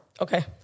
Okay